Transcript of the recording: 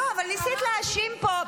לא, אבל ניסית להאשים פה.